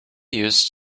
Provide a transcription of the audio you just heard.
used